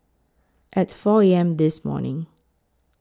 At four A M This morning